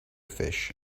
fish